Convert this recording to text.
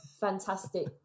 fantastic